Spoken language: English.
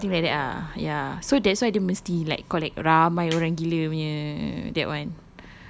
ah dia something like that ah ya so that's why dia mesti like collect ramai orang gila punya that one